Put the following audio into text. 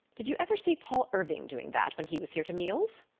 did you ever see paul irving doing that when he was here to meals?